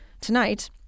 tonight